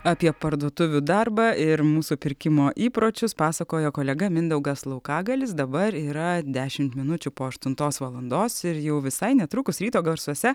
apie parduotuvių darbą ir mūsų pirkimo įpročius pasakojo kolega mindaugas laukagalis dabar yra dešimt minučių po aštuntos valandos ir jau visai netrukus ryto garsuose